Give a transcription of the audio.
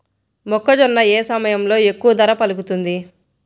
మొక్కజొన్న ఏ సమయంలో ఎక్కువ ధర పలుకుతుంది?